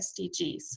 SDGs